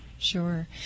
sure